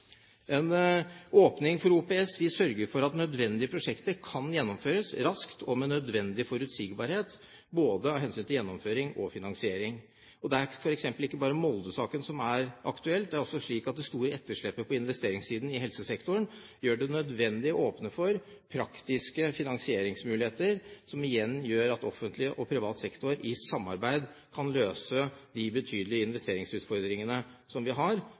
En åpning for OPS vil sørge for at nødvendige prosjekter kan gjennomføres raskt og med nødvendig forutsigbarhet både med hensyn til gjennomføring og finansiering. Det er ikke bare Molde-saken som er aktuell, det er også slik at det store etterslepet på investeringssiden i helsesektoren gjør det nødvendig å åpne for praktiske finansieringsmuligheter, som igjen gjør at offentlig og privat sektor i samarbeid kan løse de betydelige investeringsutfordringene som vi har.